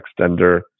Extender